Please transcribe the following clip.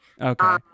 okay